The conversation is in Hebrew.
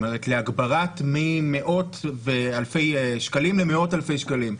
זאת אומרת להגברה ממאות ואלפי שקלים למאות אלפי שקלים.